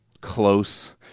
close